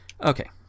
Okay